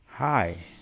Hi